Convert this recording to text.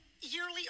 yearly